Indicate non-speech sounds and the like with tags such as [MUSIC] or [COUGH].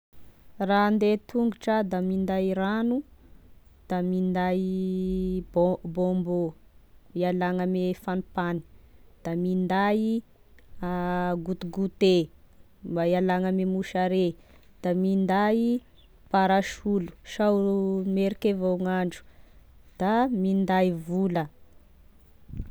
Raha ande tongotry ah da minday ragno da minday bon- bonbon hialagna ame fagnimpany da minday [HESITATION] gotigote mba hialagna ame mosare, da minday parasolo sao meriky avao gn'andro, da minday vola.